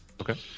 okay